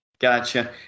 Gotcha